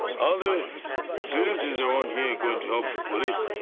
ah the villages around here going to help the police?